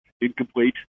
incomplete